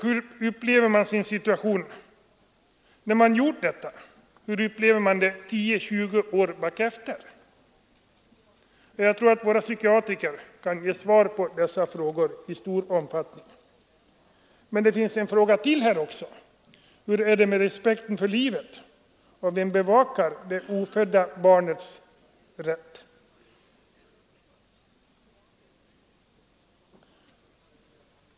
Hur upplever man situationen när man har tagit det steget? Och hur upplever man det 10 eller 20 år bakefter? Hur är det med respekten för livet, och vem bevakar det ofödda barnets rätt?